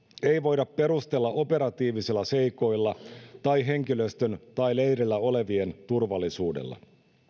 ei voida perustella operatiivisilla seikoilla tai henkilöstön tai leirillä olevien turvallisuudella